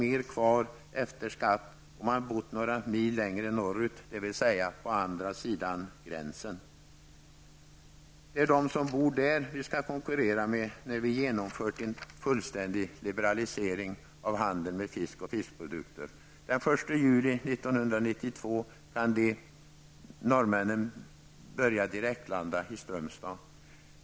mer kvar efter skatt om han bott några mil längre norrut, dvs. på andra sidan gränsen. Det är dem som bor där som vi skall konkurrera med när vi genomfört en fullständig liberalisering av handeln med fisk och fiskprodukter. Den 1 juni 1992 kan norrmännen direktlanda i Strömstad.